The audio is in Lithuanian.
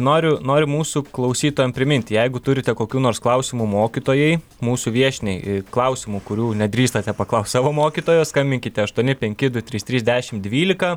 noriu noriu mūsų klausytojam priminti jeigu turite kokių nors klausimų mokytojai mūsų viešniai klausimų kurių nedrįstate paklaust savo mokytojo skambinkite aštuoni penki du trys trys dešim dvylika